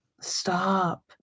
Stop